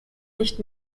nicht